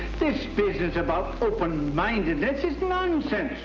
this business about open-mindedness is nonsense.